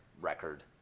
record